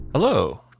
Hello